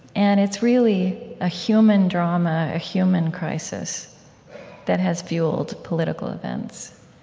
and it's really a human drama, a human crisis that has fueled political events